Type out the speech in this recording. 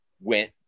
went